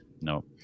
No